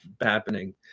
happening